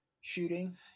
shooting